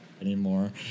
anymore